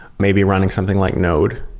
maybe running something like node,